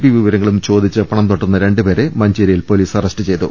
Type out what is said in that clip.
P വിവരങ്ങളും ചോദിച്ച് പണംത ട്ടുന്ന രണ്ടുപേരെ മഞ്ചേരിയിൽ പൊലീസ് അറസ്റ്റ് ചെയ്തു